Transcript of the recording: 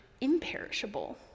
imperishable